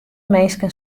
minsken